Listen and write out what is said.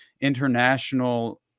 international